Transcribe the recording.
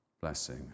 blessing